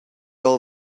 all